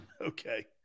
Okay